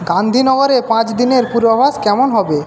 গান্ধীনগরে পাঁচ দিনের পূর্বাভাস কেমন হবে